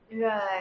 right